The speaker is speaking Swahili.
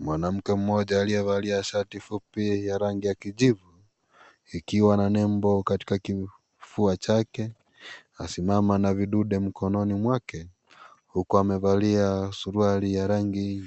Mwanamke mmoja aliyevalia shati fupi ya rangi ya kijivu ikiwa na nembo katika kifua chake; anasimama na vidude mkononi mwake huku amevalia suruali ya rangi